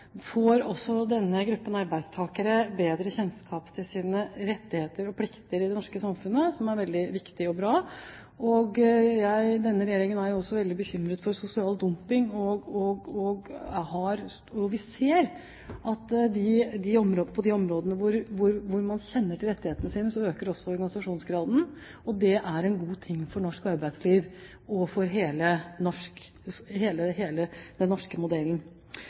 får også denne gruppen arbeidstakere bedre kjennskap til sine rettigheter og plikter i det norske samfunnet. Det er veldig viktig og bra. Denne regjeringen er også veldig bekymret for sosial dumping. Vi ser at på de områdene hvor man kjenner til rettighetene sine, øker også organisasjonsgraden, og det er en god ting for norsk arbeidsliv og for hele